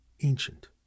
ancient